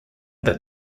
that